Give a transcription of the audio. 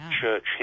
church